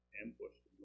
ambushed